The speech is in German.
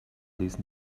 ließen